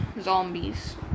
zombies